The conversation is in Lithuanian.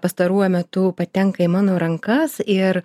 pastaruoju metu patenka į mano rankas ir